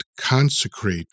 consecrate